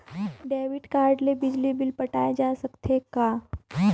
Debit card ले बिजली bill पटाय जा सकथे कौन?